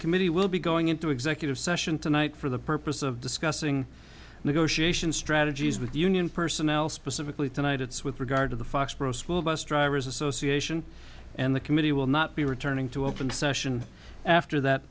committee will be going into executive session tonight for the purpose of discussing negotiation strategies with the union personnel specifically tonight it's with regard to the foxboro school bus drivers association and the committee will not be returning to open session after that